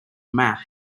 map